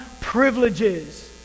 privileges